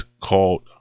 called